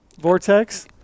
Vortex